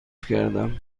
کردم